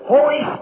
Holy